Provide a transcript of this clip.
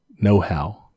know-how